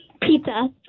Pizza